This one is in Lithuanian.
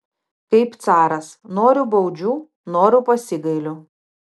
kaip caras noriu baudžiu noriu pasigailiu